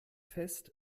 fest